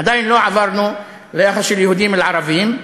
עדיין לא עברנו ליחס של יהודים לערבים.